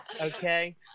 Okay